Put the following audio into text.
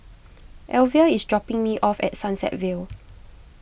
Elvia is dropping me off at Sunset Vale